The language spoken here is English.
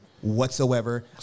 whatsoever